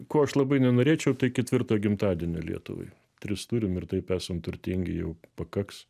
ko aš labai nenorėčiau tai ketvirto gimtadienio lietuvai tris turim ir taip esam turtingi jau pakaks